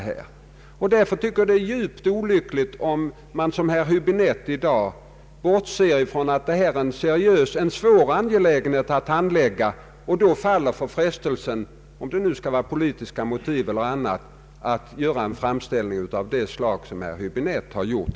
Därför tycker jag att det är djupt olyckligt om man som herr Häbinette i dag bortser från att uppehållstillstånd för desertörer är en svår angelägenhet att handlägga och då faller för frestel 8 Nr 20 Torsdagen den sen — om det nu skall vara av politiska motiv eller andra — att göra en beskrivning av det slag som herr Häbinette här gjort.